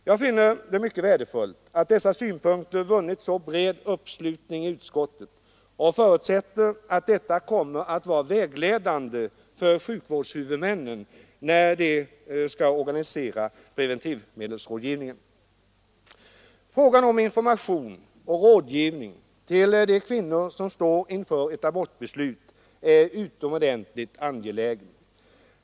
Jag finner det mycket värdefullt att dessa synpunkter har vunnit så bred uppslutning i utskottet och förutsätter att detta kommer att vara vägledande för sjukvårdens huvudmän när de skall organisera preventivmedelsrådgivningen. Frågan om information och rådgivning till de kvinnor som står inför ett abortbeslut är utomordentligt angelägen.